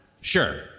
Sure